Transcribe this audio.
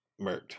murked